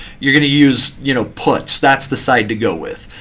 you're going to use you know puts, that's the side to go with.